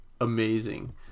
amazing